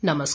नमस्कार